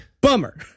bummer